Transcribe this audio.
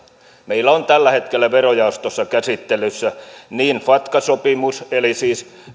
meillä on tällä hetkellä verojaostossa käsittelyssä niin fatca sopimus eli sopimus